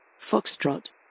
Foxtrot